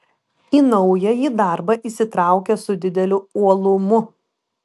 į naująjį darbą įsitraukė su dideliu uolumu